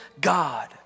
God